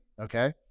okay